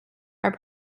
are